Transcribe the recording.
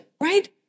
Right